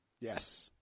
Yes